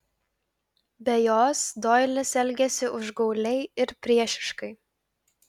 be jos doilis elgėsi užgauliai ir priešiškai